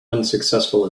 unsuccessful